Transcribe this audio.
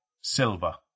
Silva